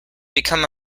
become